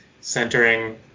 centering